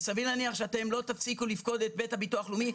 וסביר להניח שאתם לא תפסיקו לפקוד את בית הביטוח הלאומי.